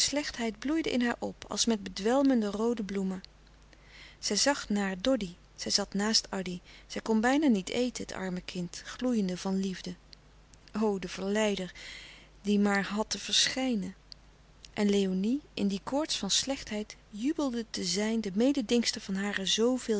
slechtheid bloeide in haar op als met bedwelmende roode bloemen zij zag naar doddy zij zat naast addy zij kon bijna niet eten het arme kind gloeiende van liefde o de verleider die maar had te verschijnen en léonie in die koorts van slechtheid jubelde te zijn de mededingster van hare zooveel